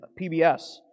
PBS